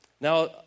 Now